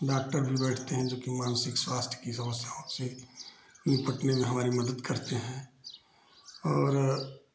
doctor भी बैठते हैं जो की मानसिक स्वास्थ्य की समस्याओं से निपटने में हमारी मदत करते हैं और